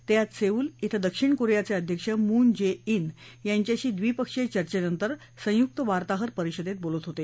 ते आज सेऊल बें दक्षिण कोरियाचे अध्यक्ष मून जे जे यांच्यांशी ड्रीपक्षीय चर्चेनंतर संयुक्त वार्ताहर परिषदेत बोलत होते